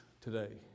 today